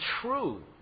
true